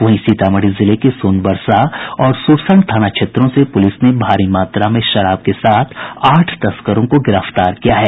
वहीं सीतामढ़ी जिले के सोनवर्षा और सुरसंड थाना क्षेत्रों से पुलिस ने भारी मात्रा में शराब के साथ आठ तस्करों को गिरफ्तार किया है